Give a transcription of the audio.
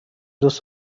دوست